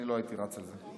אני לא הייתי רץ על זה.